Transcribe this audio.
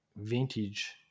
vintage